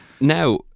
Now